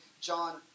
John